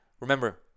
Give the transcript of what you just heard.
Remember